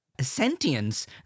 Sentience